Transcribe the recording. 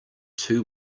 two